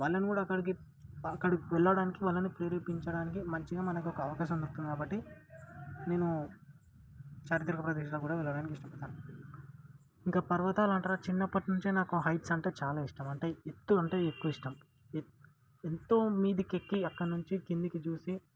వాళ్ళని కూడా అక్కడికి అక్కడికి వెళ్ళడానికి వాళ్ళని ప్రేరేపించడానికి మంచిగా మనకొక అవకాశం దొరుకింది కాబట్టి నేను చారిత్రక ప్రదేశాలు కూడా వెళ్ళడానికి ఇష్టపడుతాను ఇంకా పర్వతాలంటారా చిన్నప్పటినుంచే నాకు హైట్స్ అంటే చాలా ఇష్టం అంటే ఎత్తు అంటే ఎక్కువ ఇష్టం ఎత్ ఎంతో మీదకెక్కి అక్కడినుంచి కిందకు చూసి